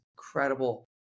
incredible